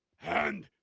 hand,